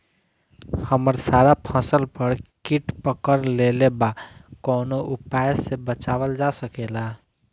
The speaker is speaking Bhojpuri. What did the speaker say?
हमर सारा फसल पर कीट पकड़ लेले बा कवनो उपाय से बचावल जा सकेला?